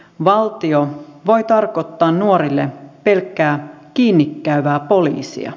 valtio voi tarkoittaa nuorille pelkkää kiinnikäyvää poliisia